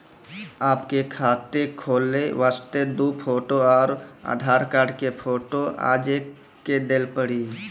आपके खाते खोले वास्ते दु फोटो और आधार कार्ड के फोटो आजे के देल पड़ी?